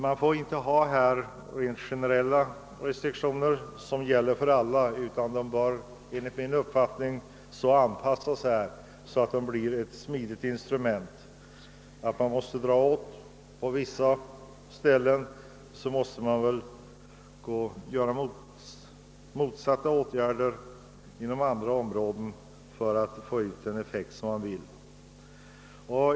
Man får här inte tillgripa rent generella restriktioner, utan dessa bör enligt min uppfattning så anpassas till förhållandena, att de blir ett smidigt instrument; om man måste dra åt svångremmen på vissa ställen måste man inom andra områden vidta åtgärder av annat slag för att få ut den effekt som eftersträvas.